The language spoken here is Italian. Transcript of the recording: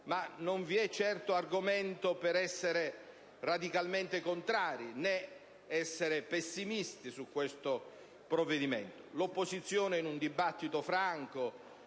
ma non vi è di certo argomento per essere radicalmente contrari, né pessimisti su questo provvedimento. L'opposizione, nel corso del dibattito, franco